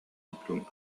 diplômes